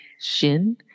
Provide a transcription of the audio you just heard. shin